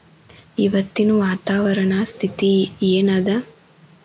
ಇವತ್ತಿನ ವಾತಾವರಣ ಸ್ಥಿತಿ ಏನ್ ಅದ?